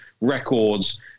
records